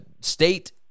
State